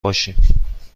باشیم